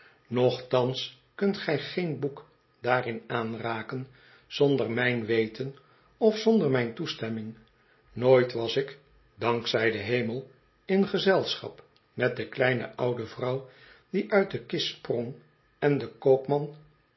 nochtans kunt gij geen boek daarin aanraken zonder mijn weten of zonder mijn toestemming nooit was ik dank zij den hemel in gezelschap met de kleine oude vrouw die uit de kist sprong en den koopman